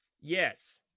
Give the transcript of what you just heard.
yes